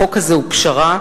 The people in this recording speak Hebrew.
החוק הזה הוא פשרה.